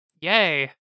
yay